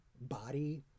body